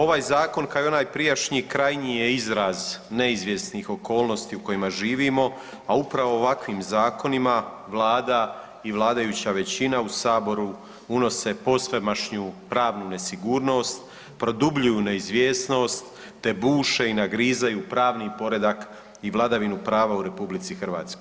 Ovaj zakon kao i onaj prijašnji krajnji je izraz neizvjesnih okolnosti u kojima živimo, a upravo ovakvim zakonima Vlada i vladajuća većina u Saboru unose posvemašnju pravnu nesigurnost, produbljuju neizvjesnost te buše i nagrizaju pravni poredak i vladavinu prava u RH.